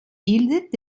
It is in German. bildet